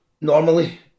normally